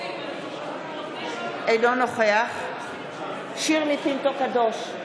אינו נוכח שירלי פינטו קדוש,